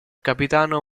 capitano